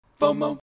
FOMO